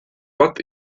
bat